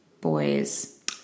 boys